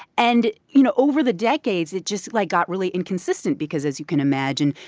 and, you know, over the decades, it just, like, got really inconsistent because, as you can imagine,